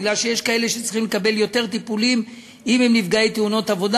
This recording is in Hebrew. כי יש כאלה שצריכים לקבל יותר טיפולים אם הם נפגעי תאונות עבודה.